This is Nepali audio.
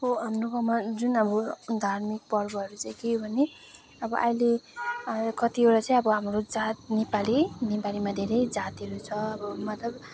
हाम्रो गाउँमा जुन अब धार्मिक पर्वहरू चाहिँ के हो भने अब अहिले कतिवटा चाहिँ हाम्रो जात नेपाली नेपालीमा धेरैै जातिहरू छ अब मतलब